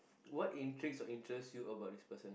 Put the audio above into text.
what intrigues or interest you about this person